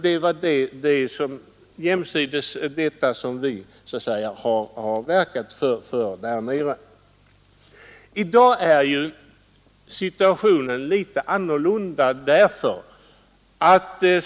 Det är detta som vi har pekat på. I dag är situationen litet annorlunda.